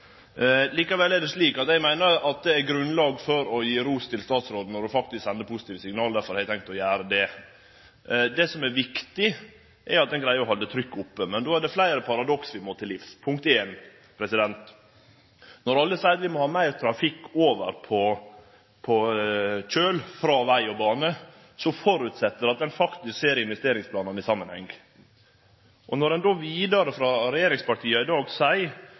Eg meiner det er grunn til å gi ros til statsråden når ho faktisk sender positive signal – derfor har eg tenkt å gjere det. Det som er viktig, er at ein greier å halde trykket oppe, men då er det fleire paradoks vi må til livs. Når alle seier at vi må ha meir trafikk over på kjøl, frå veg og bane, går eg ut frå at ein faktisk ser investeringsplanane i samanheng. Når ein frå regjeringspartia i dag seier